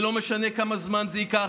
זה לא משנה כמה זמן זה ייקח,